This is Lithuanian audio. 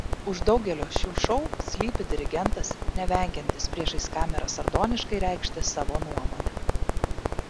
už daugelio šių šou slypi dirigentas nevengiantis priešais kamerą sardoniškai reikšti savo nuomonę